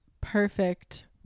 perfect